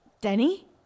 Denny